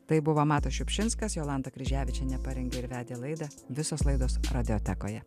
tai buvo matas šiupšinskas jolanta kryževičienė parengė ir vedė laidą visos laidos radiotekoje